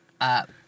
up